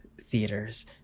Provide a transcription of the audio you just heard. theaters